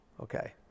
Okay